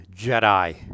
Jedi